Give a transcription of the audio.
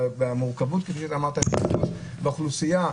במורכבות שאמרת של האוכלוסייה.